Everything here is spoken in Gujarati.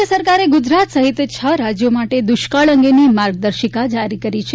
કેન્દ્ર સરકારે ગુજરાત સહિત છ રાજ્યો માટે દુષ્કાળ અંગેની માર્ગદશિકા જારી કરી છે